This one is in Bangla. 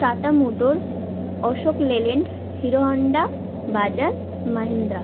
tata Motors Ashok Leyland Hero Honda Bajaj Mahindra